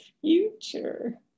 future